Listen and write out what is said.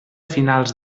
finals